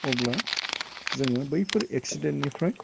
अब्ला जोङो बैफोर एक्सिडेन्टनिफ्राय